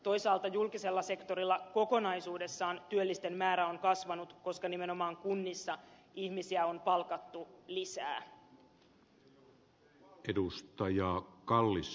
toisaalta julkisella sektorilla kokonaisuudessaan työllisten määrä on kasvanut koska nimenomaan kunnissa ihmisiä on palkattu lisää